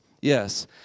Yes